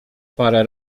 parę